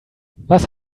was